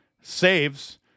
saves